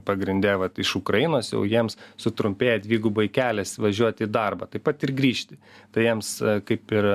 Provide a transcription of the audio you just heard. pagrinde vat iš ukrainos jau jiems sutrumpėja dvigubai kelias važiuoti į darbą taip pat ir grįžti tai jiems kaip ir